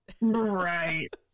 Right